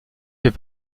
fait